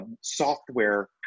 software